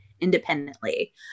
independently